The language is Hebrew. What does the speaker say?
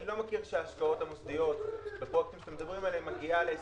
אני לא מכיר שההשקעות המוסדיות מגיעות ל-20%.